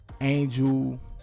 angel